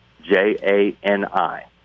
J-A-N-I